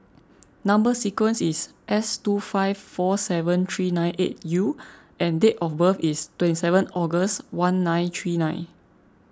Number Sequence is S two five four seven three nine eight U and date of birth is twenty seven August one nine three nine